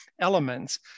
elements